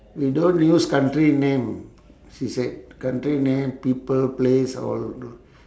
we don't use country name she said country name people place all do~